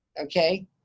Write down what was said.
okay